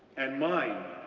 and mine,